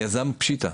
היזם פשיטא,